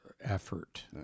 effort